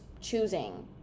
choosing